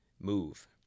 move